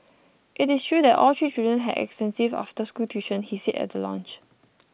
it is true that all three children had extensive after school tuition he said at the launch